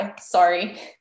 sorry